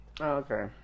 okay